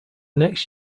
next